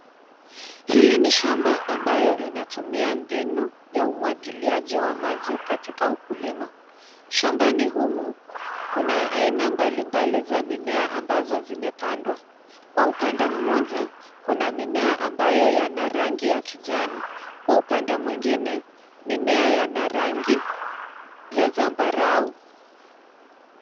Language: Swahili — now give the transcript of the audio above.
Hili ni shamba ambayo inatumia mbinu ya umwagiliaji wa maji katika ukulima. Shambani humu, kuna aina mbalimbali za mimea ambazo zimepandwa. Kwa upamde mmoja, kuna mimea ambayo yana rangi ya kijani . Kwa upande mwingine mimea yana rangi ya zambarau.